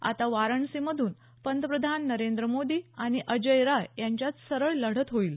आता वाराणसीमधून पंतप्रधान नरेंद्र मोदी आणि अजय राय यांच्यात सरळ लढत होईल